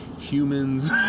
humans